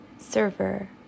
server